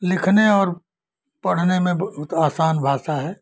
लिखने और पढ़ने में बहुत आसान भाषा है